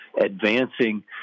advancing